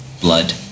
blood